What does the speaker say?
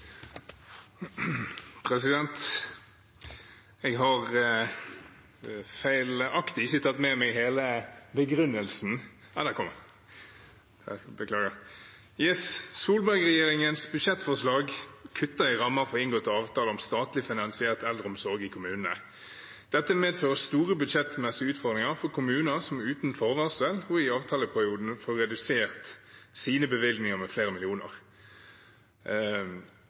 Jeg har feilaktig ikke tatt med meg hele begrunnelsen – beklager: «Solberg-regjeringens budsjettforslag kutter i rammer for inngåtte avtaler om statlig finansiert eldreomsorg i kommunene. Dette medfører store budsjettmessige utfordringer for kommuner som uten forvarsel, og i avtaleperioden, får redusert sine bevilgninger med flere millioner.